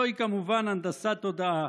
זוהי כמובן הנדסת תודעה,